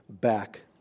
back